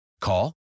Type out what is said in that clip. Call